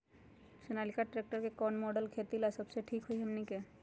Sonalika tractor के कौन model खेती ला सबसे ठीक होई हमने की?